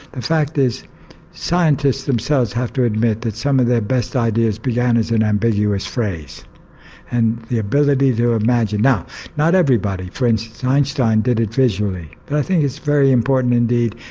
the fact is scientists themselves have to admit that some of their best ideas ideas began as an ambiguous phrase and the ability to imagine. now not everybody, for instance, einstein did it visually. but i think it's very important indeed.